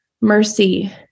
mercy